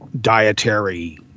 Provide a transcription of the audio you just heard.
dietary